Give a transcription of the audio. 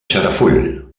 xarafull